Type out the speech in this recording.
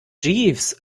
jeeves